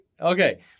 Okay